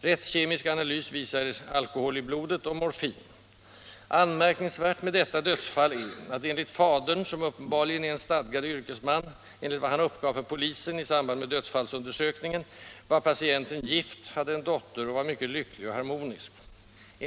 Rättskemisk analys visade alkohol och morfin i blodet. Anmärkningsvärt med detta dödsfall är att patienten — enligt vad fadern, som uppenbarligen är en stadgad yrkesman, uppgav för polisen i samband med dödsfallsundersökningen — var gift, hade en dotter och var mycket lycklig och harmonisk.